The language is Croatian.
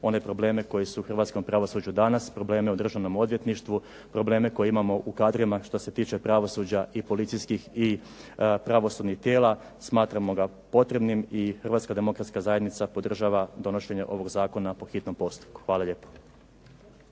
one probleme koji su hrvatskom pravosuđu danas probleme u Državnom odvjetništvu, probleme koje imamo u kadrovima što se tiče pravosuđa i pravosudnih tijela smatramo ga potrebnim i HDZ podržava donošenje ovog zakona po hitnom postupku. Hvala lijepo.